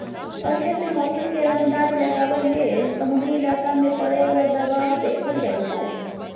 पहिले सँ मौसम केर अंदाज लगाबइ लेल समुद्री इलाका मे परय बला दबाव देखल जाइ छै